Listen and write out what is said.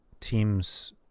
teams –